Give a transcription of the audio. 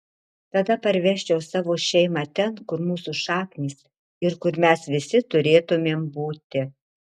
tada parvežčiau savo šeimą ten kur mūsų šaknys ir kur mes visi turėtumėm būti